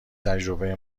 تجربه